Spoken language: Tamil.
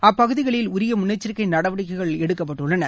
அப்பகுதிகளில் உரிய முன்னெச்சரிக்கை நடவடிக்கைகள் எடுக்கப்பட்டுள்ளன